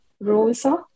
Rosa